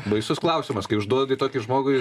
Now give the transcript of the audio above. baisus klausimas kai užduodi tokį žmogui